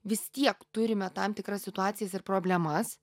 vis tiek turime tam tikras situacijas ir problemas